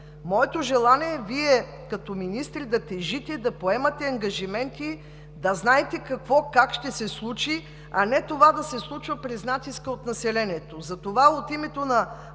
Моето желание е Вие като министри да тежите, да поемате ангажименти, да знаете какво и как ще се случи, а не това да се случва през натиска от населението. Затова от името на